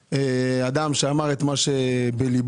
אדם שאמר את מה שבליבו,